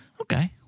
Okay